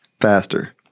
faster